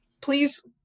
Please